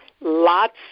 Lots